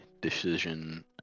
decision